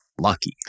lucky